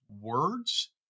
words